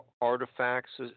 artifacts